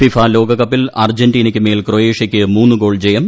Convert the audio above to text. FIFA ലോകകപ്പിൽ അർജന്റിനയ്ക്കുമേൽ ക്രൊയേഷ്യയ്ക്ക് മൂന്ന് ഗോൾ ജയം